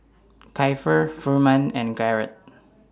Kiefer Furman and Garrett